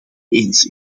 eens